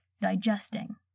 digesting